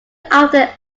after